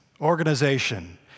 organization